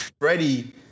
Freddie